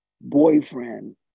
boyfriend